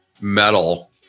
metal